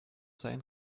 sein